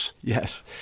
yes